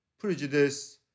prejudice